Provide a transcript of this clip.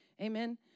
Amen